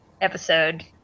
episode